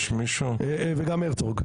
כן, גם הרצוג.